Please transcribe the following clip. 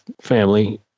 family